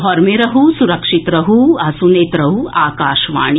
घर मे रहू सुरक्षित रहू आ सुनैत रहू आकाशवाणी